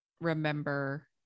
remember